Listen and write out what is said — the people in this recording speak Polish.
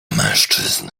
mężczyzn